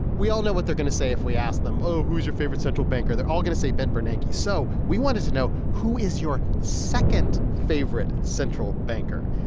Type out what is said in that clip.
we all know what they're going to say if we ask them, oh, who's your favorite central banker? they're all going to say ben bernanke. so we wanted to know, who is your second favorite central banker?